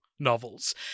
Novels